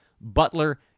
Butler